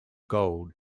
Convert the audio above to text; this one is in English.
gold